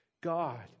God